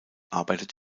arbeitet